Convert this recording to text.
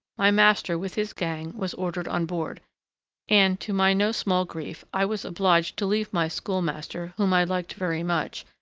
my master, with his gang, was ordered on board and, to my no small grief, i was obliged to leave my school-master, whom i liked very much,